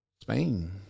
Spain